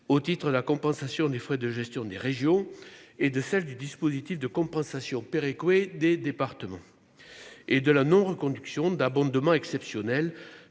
au titre la compensation des frais de gestion des régions et de celle du dispositif de compensation Ekoué des départements et de la non reconduction d'abondement exceptionnel